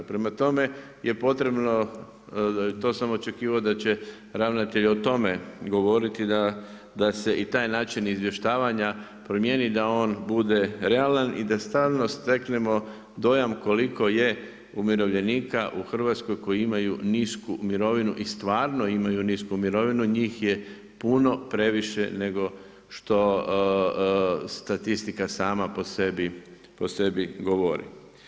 Prema tome je potrebno, to sam očekivao da će ravnatelj o tome govoriti da se i taj način izvještavanja promijeni da on bude realan i da stalno steknemo dojam koliko je umirovljenika u Hrvatskoj koji imaju nisku mirovinu i stvarno imaju nisku mirovinu, njih je puno previše nego što statistika sama po sebi govori.